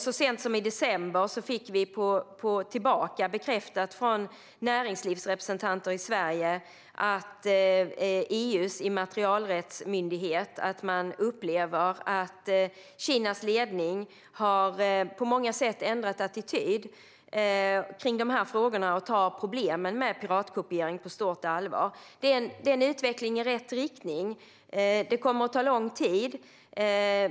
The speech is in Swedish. Så sent som i december fick vi bekräftat från näringslivsrepresentanter i Sverige att EU:s immaterialrättsmyndighet upplever att Kinas ledning på många sätt har ändrat attityd till de här frågorna och tar problemen med piratkopiering på stort allvar. Det är en utveckling i rätt riktning. Det kommer att ta lång tid.